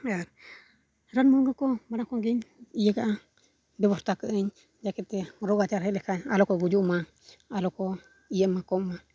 ᱟᱨ ᱨᱟᱱᱼᱢᱩᱨᱜᱟᱹᱱ ᱠᱚ ᱚᱱᱟᱠᱚᱜᱮᱧ ᱤᱭᱟᱹᱠᱟᱜᱼᱟ ᱵᱮᱵᱚᱥᱛᱟ ᱠᱟᱜᱟᱹᱧ ᱡᱟᱠᱮᱛᱮ ᱨᱳᱜᱽᱼᱟᱡᱟᱨ ᱦᱮᱡ ᱞᱮᱱᱠᱷᱟᱱ ᱟᱞᱚᱠᱚ ᱜᱩᱡᱩᱜ ᱢᱟ ᱟᱞᱚᱠᱚ ᱤᱭᱟᱹᱜ ᱢᱟᱠᱚ ᱢᱟ